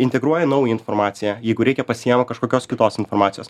integruoja naują informaciją jeigu reikia pasiima kažkokios kitos informacijos